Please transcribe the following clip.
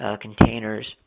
containers